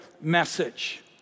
message